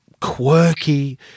quirky